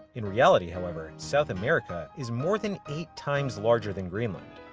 in reality, however, south america is more than eight times larger than greenland.